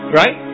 right